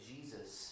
Jesus